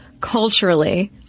culturally